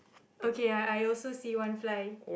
okay I I also see one fly